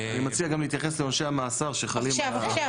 אני מציע גם להתייחס לעונשי המאסר שחלים על הדבר הזה.